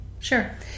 Sure